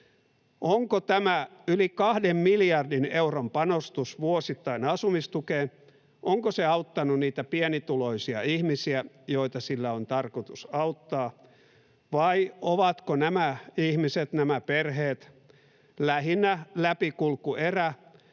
Onko tämä yli 2 miljardin euron panostus vuosittain asumistukeen auttanut niitä pienituloisia ihmisiä, joita sillä on tarkoitus auttaa, vai ovatko nämä ihmiset, nämä perheet lähinnä läpikulkuerä,